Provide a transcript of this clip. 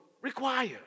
require